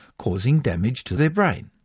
causing damage to the brain.